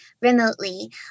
remotely